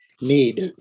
need